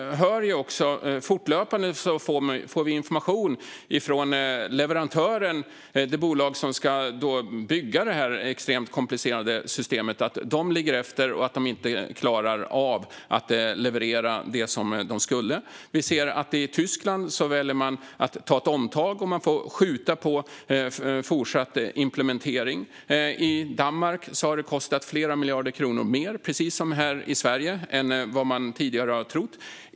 Vi får också fortlöpande information från leverantören, det vill säga det bolag som ska bygga detta extremt komplicerade system, om att de ligger efter och inte klarar av att leverera det de skulle. Vi ser att man i Tyskland väljer att ta ett omtag och får skjuta på fortsatt implementering. I Danmark har det kostat flera miljarder kronor mer än vad man tidigare trodde, precis som här i Sverige.